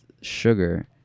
sugar